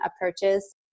approaches